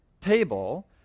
table